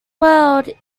world